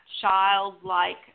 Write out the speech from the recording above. childlike